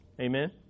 Amen